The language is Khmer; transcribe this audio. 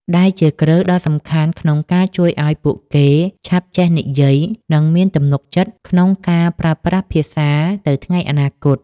ដែលជាគ្រឹះដ៏សំខាន់ក្នុងការជួយឱ្យពួកគេឆាប់ចេះនិយាយ និងមានទំនុកចិត្តក្នុងការប្រើប្រាស់ភាសាទៅថ្ងៃអនាគត។